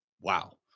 wow